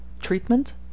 Treatment